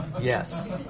Yes